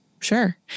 sure